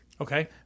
Okay